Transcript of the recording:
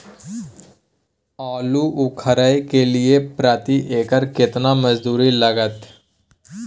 आलू उखारय के लिये प्रति एकर केतना मजदूरी लागते?